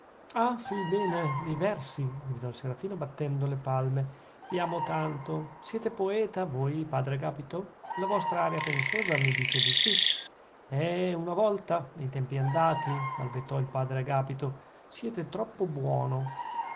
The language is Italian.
ah sì bene dei versi gridò il serafino battendo le palme li amo tanto siete poeta voi padre agapito la vostra aria pensosa mi dice di sì eh una volta nei tempi andati balbettò il padre agapito siete troppo buono